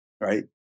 Right